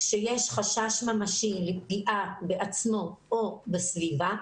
שיש חשש ממשי לפגיעה בעצמו או בסביבה,